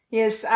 Yes